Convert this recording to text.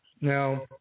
Now